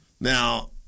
Now